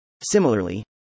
Similarly